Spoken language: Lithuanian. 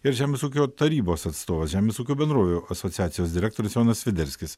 ir žemės ūkio tarybos atstovas žemės ūkio bendrovių asociacijos direktorius jonas sviderskis